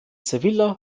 sevilla